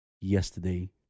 yesterday